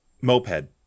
moped